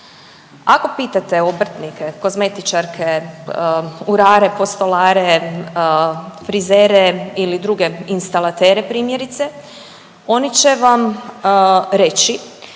Ako pitate obrtnike, kozmetičarke, urare, postolare, frizere ili druge instalatere primjerice oni će vam reći